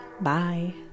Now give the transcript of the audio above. Bye